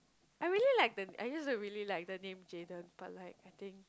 I really like the I just really like the name Jaden but like I think